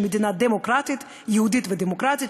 שהיא מדינה יהודית ודמוקרטית.